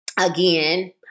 again